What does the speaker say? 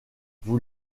vous